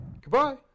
Goodbye